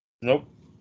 Nope